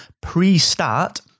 pre-start